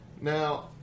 Now